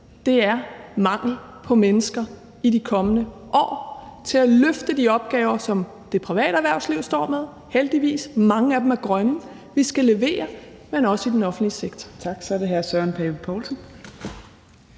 er mangel på mennesker i de kommende år til at løfte de opgaver, som det private erhvervsliv står med og skal levere på – heldigvis er mange af dem grønne – og som den offentlige sektor